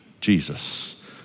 Jesus